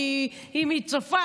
כי אם היא צופה,